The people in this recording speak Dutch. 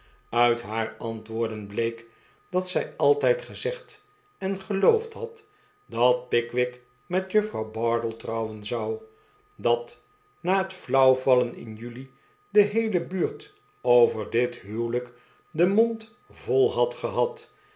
uit haar antwoorden bleek dat zij altijd gezegd en geloofd had dat pickwick met juffrouw bardell trouwen zou dat na het flauwvallen in juli de heele buurt over dit huwelijk den mond vol had gehad